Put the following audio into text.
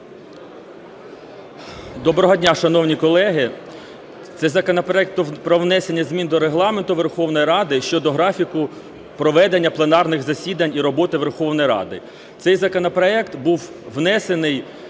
Доброго дня, шановні колеги. Це законопроект про внесення змін до Регламенту Верховної Ради щодо графіку проведення пленарних засідань і роботи Верховної Ради. Цей законопроект був внесений